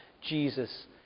Jesus